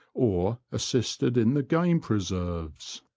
or assisted in the game preserves.